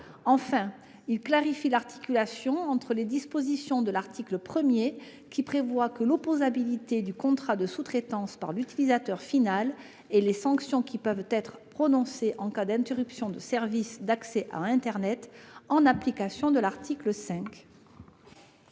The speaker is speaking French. objet de clarifier l'articulation entre les dispositions de l'article 1, qui prévoient l'opposabilité du contrat de sous-traitance par l'utilisateur final, et les sanctions qui peuvent être prononcées en cas d'interruption du service d'accès à internet en application de l'article 5.